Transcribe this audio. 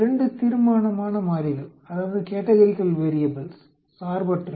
2 தீர்மானமான மாறிகள் சார்பற்றவை